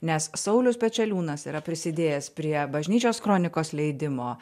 nes saulius pečeliūnas yra prisidėjęs prie bažnyčios kronikos leidimo